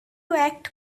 act